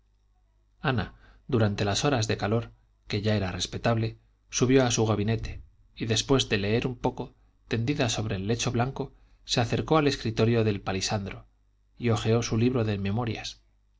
ana durante las horas del calor que ya era respetable subió a su gabinete y después de leer un poco tendida sobre el lecho blanco se acercó al escritorio de palisandro y hojeó su libro de memorias